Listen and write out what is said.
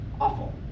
awful